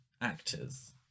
actors